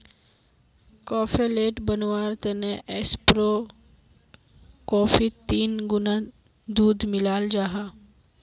cafe latte बनवार तने ऐस्प्रो कोफ्फीत तीन गुणा दूध मिलाल जाहा